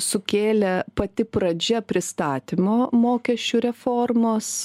sukėlė pati pradžia pristatymo mokesčių reformos